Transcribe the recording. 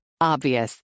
Obvious